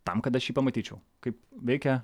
tam kad aš jį pamatyčiau kaip veikia